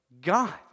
God